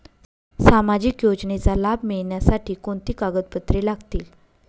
सामाजिक योजनेचा लाभ मिळण्यासाठी कोणती कागदपत्रे लागतील?